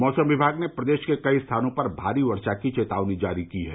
मौसम विभाग ने प्रदेश के कई स्थानों पर भारी वर्षा की चेतावनी जारी की है